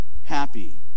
happy